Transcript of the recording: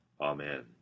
Amen